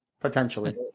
Potentially